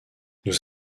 nous